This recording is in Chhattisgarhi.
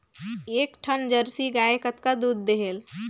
एक ठन जरसी गाय कतका दूध देहेल?